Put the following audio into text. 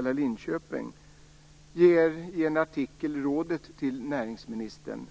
Linköping, ger i en artikel näringsministern rådet: